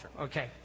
okay